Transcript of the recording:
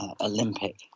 Olympic